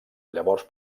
llavors